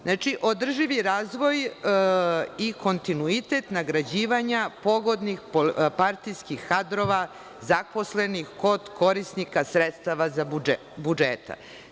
Znači, održivi razvoj i kontinuitet, nagrađivanja pogodnih partijskih kadrova zaposlenih kod korisnika sredstava za budžeta.